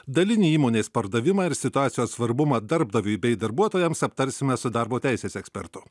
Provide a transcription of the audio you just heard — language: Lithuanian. dalinį įmonės pardavimą ir situacijos svarbumą darbdaviui bei darbuotojams aptarsime su darbo teisės ekspertu